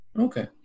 Okay